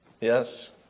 Yes